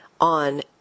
on